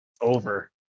Over